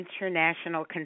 international